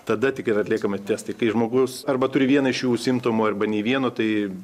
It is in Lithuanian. tada tik yra atliekami testai kai žmogus arba turi vieną iš šių simptomų arba nei vieno tai